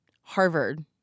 Harvard